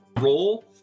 roll